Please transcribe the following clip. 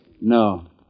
No